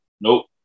Nope